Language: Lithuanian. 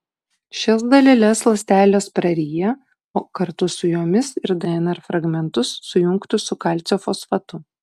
šias daleles ląstelės praryja o kartu su jomis ir dnr fragmentus sujungtus su kalcio fosfatu